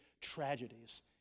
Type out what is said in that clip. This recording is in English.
tragedies